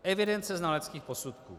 Evidence znaleckých posudků.